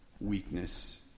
weakness